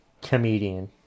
comedian